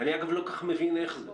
אני לא כל כך מבין איך זה.